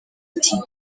ati